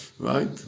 Right